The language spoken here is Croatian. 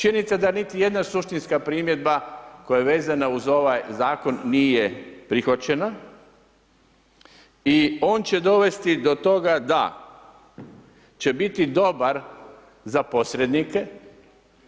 Činjenica da niti jedna suštinska primjedba koja veza uz ovaj zakon nije prihvaćena i on će dovesti do toga da će biti dobar za posrednike,